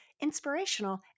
inspirational